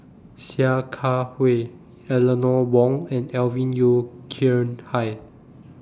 Sia Kah Hui Eleanor Wong and Alvin Yeo Khirn Hai